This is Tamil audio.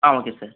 ah okay sir